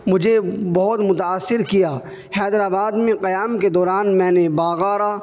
مجھے بہت متاثر کیا حیدر آباد میں قیام کے دوران میں نے باگھارہ